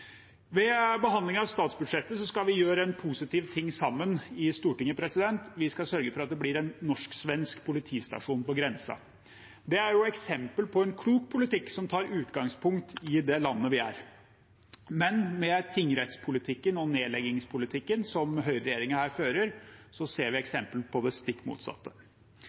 Ved behandlingen av statsbudsjettet skal vi gjøre en positiv ting sammen i Stortinget. Vi skal sørge for at det blir en norsk-svensk politistasjon på grensen. Det er eksempel på en klok politikk som tar utgangspunkt i det landet vi er, men med tingrettspolitikken og nedleggingspolitikken som høyreregjeringen her fører, ser vi eksempel på det stikk motsatte.